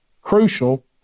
crucial